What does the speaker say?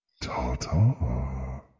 Ta-ta